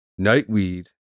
Nightweed